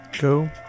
Go